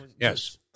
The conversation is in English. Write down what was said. Yes